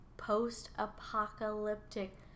post-apocalyptic